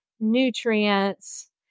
Nutrients